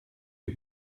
die